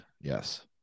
Yes